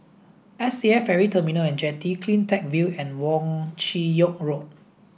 S A F Ferry Terminal and Jetty CleanTech View and Wong Chin Yoke Road